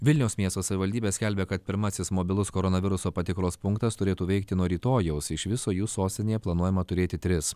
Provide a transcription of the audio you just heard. vilniaus miesto savivaldybė skelbia kad pirmasis mobilus koronaviruso patikros punktas turėtų veikti nuo rytojaus iš viso jų sostinėje planuojama turėti tris